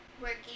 working